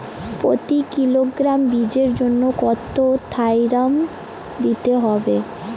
প্রতি কিলোগ্রাম বীজের জন্য কত থাইরাম দিতে হবে?